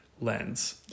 lens